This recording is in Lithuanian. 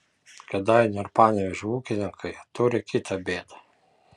kėdainių ir panevėžio ūkininkai turi kitą bėdą